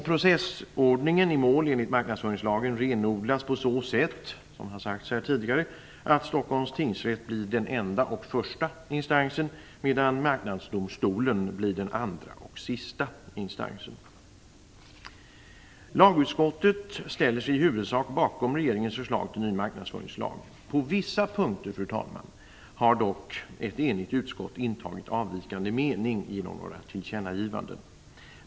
Processordningen i mål enligt marknadsföringslagen renodlas på så sätt, som har sagts här tidigare, att Stockholms tingsrätt blir den enda och första instansen medan Marknadsdomstolen blir den andra och sista instansen. Lagutskottet ställer sig i huvudsak bakom regeringens förslag till ny marknadsföringslag. På vissa punkter, fru talman, har dock ett enigt utskott intagit avvikande mening genom några tillkännagivanden.